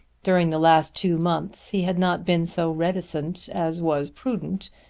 during the last two months he had not been so reticent as was prudent,